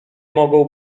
mogą